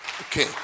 Okay